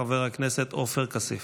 חבר הכנסת עופר כסיף.